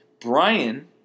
Brian